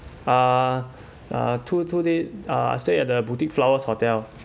uh uh two two days uh I stay at the boutique flowers hotel